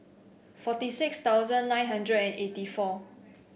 forty six thousand nine hundred and eighty four